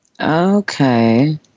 Okay